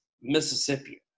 Mississippian